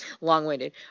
long-winded